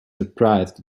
surprised